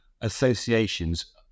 associations